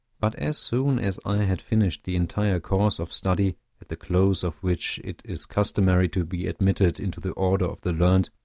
but as soon as i had finished the entire course of study, at the close of which it is customary to be admitted into the order of the learned,